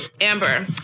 Amber